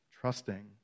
Trusting